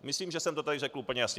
Myslím, že jsem to tady řekl úplně jasně.